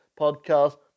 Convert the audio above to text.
podcast